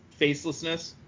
facelessness